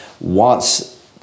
wants